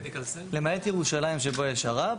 למעט ירושלים שבו יש שר"פ,